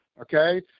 okay